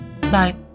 Bye